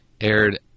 aired